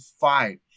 fight